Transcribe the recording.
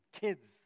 kids